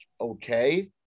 okay